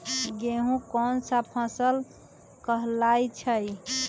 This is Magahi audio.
गेहूँ कोन सा फसल कहलाई छई?